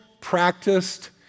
practiced